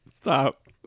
stop